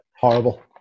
Horrible